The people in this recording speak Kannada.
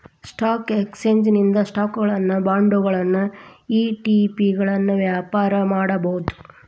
ಸ್ಟಾಕ್ ಎಕ್ಸ್ಚೇಂಜ್ ಇಂದ ಸ್ಟಾಕುಗಳನ್ನ ಬಾಂಡ್ಗಳನ್ನ ಇ.ಟಿ.ಪಿಗಳನ್ನ ವ್ಯಾಪಾರ ಮಾಡಬೋದು